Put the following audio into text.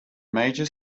major